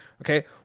Okay